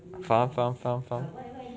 faham faham faham faham